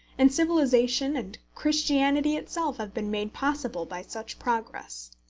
and civilisation and christianity itself have been made possible by such progress.